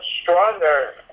stronger